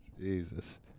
Jesus